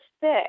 thick